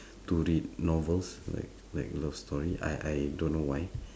to read novels like like love story I I don't know why